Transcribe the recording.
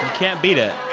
can't beat it